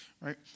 right